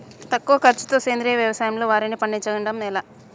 తక్కువ ఖర్చుతో సేంద్రీయ వ్యవసాయంలో వారిని పండించడం ఎలా?